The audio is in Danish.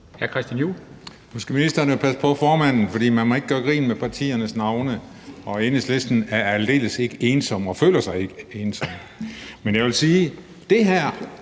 Hr. Christian Juhl.